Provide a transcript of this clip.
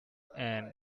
ann